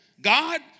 God